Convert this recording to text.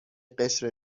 قشر